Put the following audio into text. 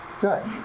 Good